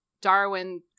Darwin